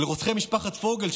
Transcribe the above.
לרוצחי משפחת פוגל,